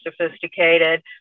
sophisticated